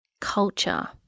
Culture